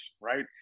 right